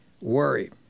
worry